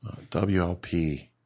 WLP